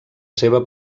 seva